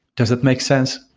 does it make sense?